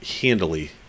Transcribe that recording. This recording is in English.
handily